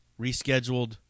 rescheduled